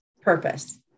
purpose